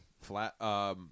Flat